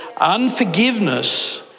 Unforgiveness